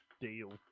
deal